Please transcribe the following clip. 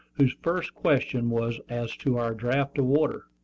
whose first question was as to our draft of water.